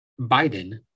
Biden